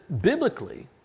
biblically